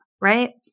Right